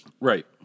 Right